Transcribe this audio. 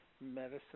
medicine